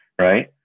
right